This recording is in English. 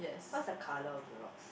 what's the colour of the rocks